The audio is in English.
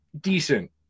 decent